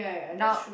now